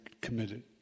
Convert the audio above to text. committed